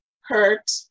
hurt